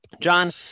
John